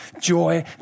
joy